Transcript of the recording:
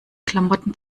klamotten